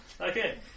Okay